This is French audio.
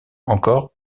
encore